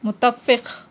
متفق